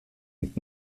mit